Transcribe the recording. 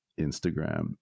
Instagram